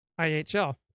IHL